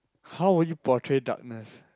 how would you portray darkness